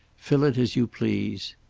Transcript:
fill it as you please.